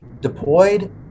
deployed